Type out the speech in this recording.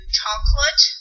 chocolate